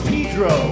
Pedro